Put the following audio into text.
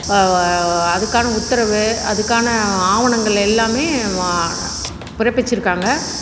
அதுக்கான உத்தரவு அதுக்கான ஆவணங்கள் எல்லாமே பிறப்பிச்சுருக்காங்க